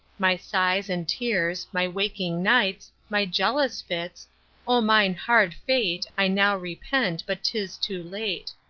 my sighs and tears, my waking nights, my jealous fits o mine hard fate i now repent, but tis too late.